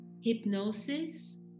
hypnosis